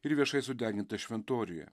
ir viešai sudegintas šventoriuje